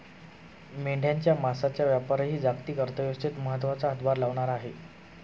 मेंढ्यांच्या मांसाचा व्यापारही जागतिक अर्थव्यवस्थेत महत्त्वाचा हातभार लावणारा आहे